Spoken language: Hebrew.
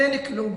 אין כלום